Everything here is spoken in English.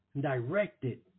directed